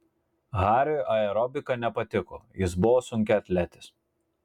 hariui aerobika nepatiko jis buvo sunkiaatletis